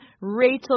Rachel